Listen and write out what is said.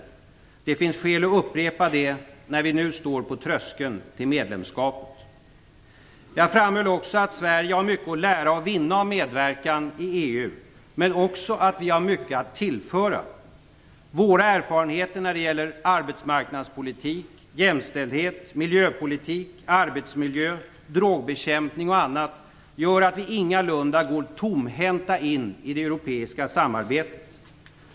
Det finns skäl att upprepa det när vi nu står på tröskeln till medlemskapet. Jag framhöll också att vi i Sverige har mycket att lära och vinna av en medverkan i EU men också att vi har mycket att tillföra. Våra erfarenheter när det gäller arbetsmarknadspolitik, jämställdhet, miljöpolitik, arbetsmiljö, drogbekämpning och annat gör att vi ingalunda går tomhänta in i det europeiska samarbetet.